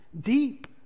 Deep